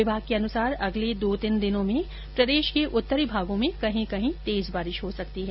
विभाग के अनुसार ँ अगले दो तीन दिन में प्रदेश के उत्तरी भागों में कहीं कहीं तेज बारिश हो सकती है